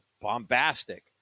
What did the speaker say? bombastic